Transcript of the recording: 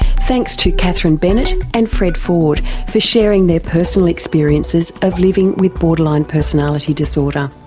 thanks to catherine bennett and fred ford for sharing their personal experiences of living with borderline personality disorder.